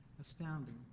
Astounding